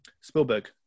Spielberg